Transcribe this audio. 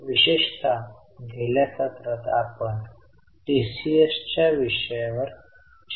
ज्यांची चूक झाली आहे त्यांच्यापैकी मी आपणास सत्र पाहून घेण्याची विनंती करीन ज्या प्रकरणात आपण सोडवितो त्या प्रकरणाचे प्रिंटआउटही घ्या